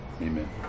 Amen